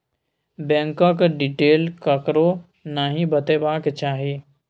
बैंकक डिटेल ककरो नहि बतेबाक चाही